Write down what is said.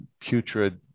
putrid